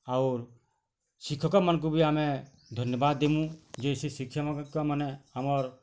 ଆଉର୍ ଶିକ୍ଷକ ମାନକୁ ବି ଆମେ ଧନ୍ୟବାଦ ଦେମୁ ଯେ ସେ ଶିକ୍ଷକ ମାନେ ଆମର୍